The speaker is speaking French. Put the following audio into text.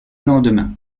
lendemain